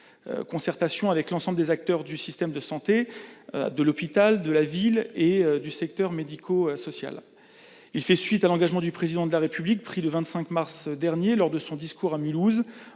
concertation avec l'ensemble des acteurs du système de santé, de l'hôpital, de la ville et du secteur médico-social fait suite à l'engagement pris par le Président de la République le 25 mars dernier dans le discours qu'il